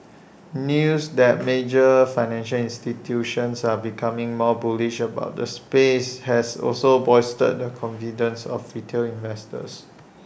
news that major financial institutions are becoming more bullish about the space has also bolstered the confidence of retail investors